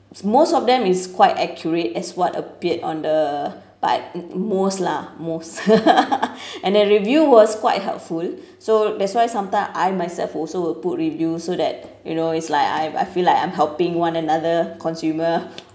most of them is quite accurate as what appeared on the but most lah most and the review was quite helpful so that's why sometimes I myself also will put review so that you know it's like I I feel like I'm helping one another consumer